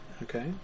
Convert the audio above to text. Okay